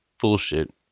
Bullshit